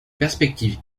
perspective